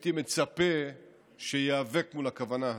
הייתי מצפה שייאבק מול הכוונה הזו.